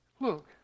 Look